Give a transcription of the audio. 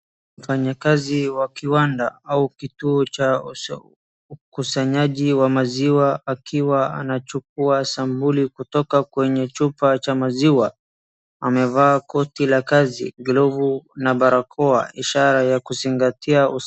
Mfanyikazi wa kiwanda au kituo cha ukusanyaji wa maziwa, akiwa anachukua sampuli kutoka kwenye chupa cha maziwa, amevaa koti la kazi, glovu na barakoa ishara ya kuzingatia usafi.